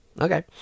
Okay